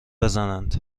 بزنند